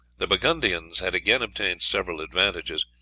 the burgundians had again obtained several advantages,